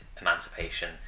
emancipation